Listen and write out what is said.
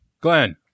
Glenn